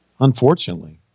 Unfortunately